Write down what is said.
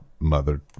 mother